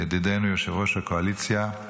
ידידינו יושב-ראש הקואליציה.